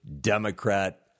Democrat